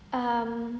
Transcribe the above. um